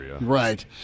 Right